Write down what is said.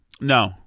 no